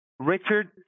Richard